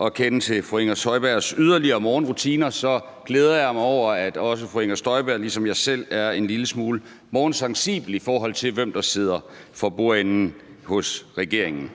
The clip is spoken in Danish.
at kende til fru Inger Støjbergs yderligere morgenrutiner glæder jeg mig over, at også fru Inger Støjberg ligesom jeg selv er en lille smule morgensensibel, i forhold til hvem der sidder for bordenden hos regeringen.